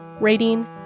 Rating